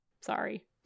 Sorry